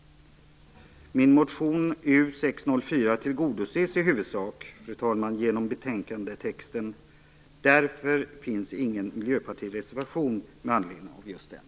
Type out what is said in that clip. Min motion U604 tillgodoses i huvudsak genom betänkandetexten. Därför finns ingen miljöpartireservation med anledning av just den.